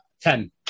Ten